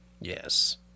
yes